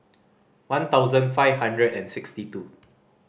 one thousand five hundred and sixty two